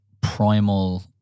primal